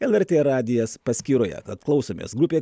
lrt radijas paskyroje tad klausomės grupė